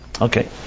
Okay